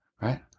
right